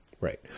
Right